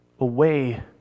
away